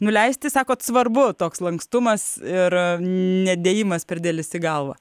nuleisti sakot svarbu toks lankstumas ir nedėjimas per didelis į galvą